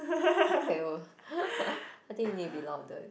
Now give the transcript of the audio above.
fail I think you need to be louder